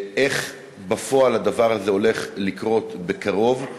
איך בפועל הדבר הזה הולך לקרות בקרוב,